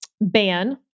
ban